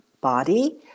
body